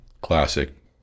classic